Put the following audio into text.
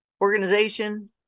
organization